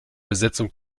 besetzung